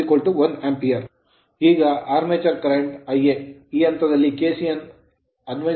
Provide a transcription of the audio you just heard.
ಈಗ armature current armature current Ia ಈ ಹಂತದಲ್ಲಿ KCL ಅನ್ನು ಅನ್ವಯಿಸುವ ಮೂಲಕ